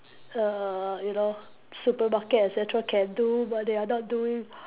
err you know supermarket et cetera can do but they are not doing